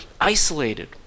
isolated